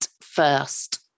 first